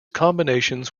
combinations